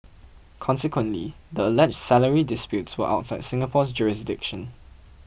consequently the alleged salary disputes were outside Singapore's jurisdiction